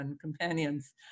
companions